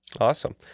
Awesome